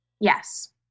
Yes